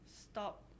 stop